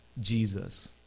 Jesus